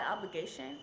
obligation